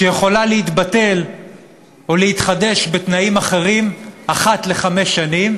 שיכולה להתבטל או להתחדש בתנאים אחרים אחת לחמש שנים